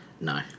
No